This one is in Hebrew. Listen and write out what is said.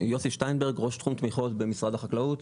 יוסי שטיינברג ראש תחום תמיכות במשרד החקלאות.